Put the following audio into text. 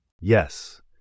Yes